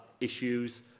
issues